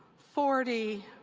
forty,